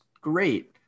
great